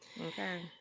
Okay